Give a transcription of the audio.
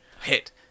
hit